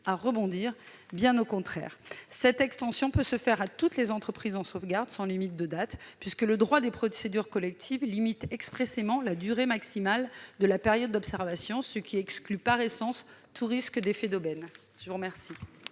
à rebondir, bien au contraire. Cette extension peut viser toutes les entreprises en sauvegarde, sans limite de date, puisque le droit des procédures collectives fixe expressément la durée maximale de la période d'observation, ce qui exclut, par essence, tout risque d'effet d'aubaine. Quel